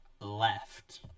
left